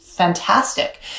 Fantastic